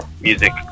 music